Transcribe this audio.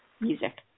Music